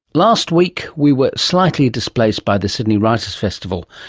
last week we were slightly displaced by the sydney writers festival,